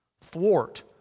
thwart